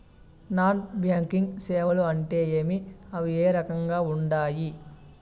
non banking సేవలు అంటే ఏమి అవి ఏ రకంగా ఉండాయి